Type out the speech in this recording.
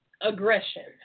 aggression